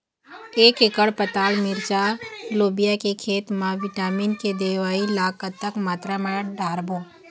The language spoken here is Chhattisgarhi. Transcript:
एक एकड़ पताल मिरचा लोबिया के खेत मा विटामिन के दवई ला कतक मात्रा म डारबो?